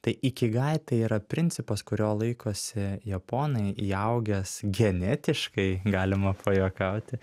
tai ikigai tai yra principas kurio laikosi japonai įaugęs genetiškai galima pajuokauti